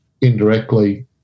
indirectly